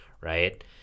right